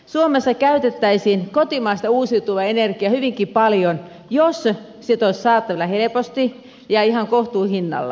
suomessa käytettäisiin kotimaista uusiutuvaa energiaa hyvinkin paljon jos sitä olisi saatavilla helposti ja ihan kohtuuhinnalla